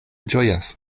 ĝojas